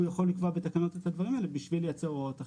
הוא יכול לקבוע בתקנות את הדברים האלה בשביל לייצר הוראות אחידות.